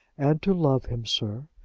and to love him, sir.